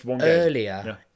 earlier